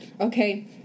Okay